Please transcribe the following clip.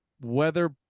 weather